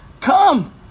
Come